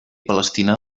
palestina